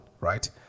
right